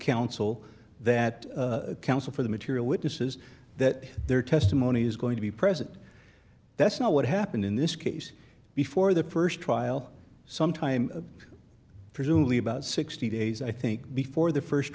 counsel that counsel for the material witnesses that their testimony is going to be present that's not what happened in this case before the st trial sometime presumably about sixty days i think before the